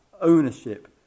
ownership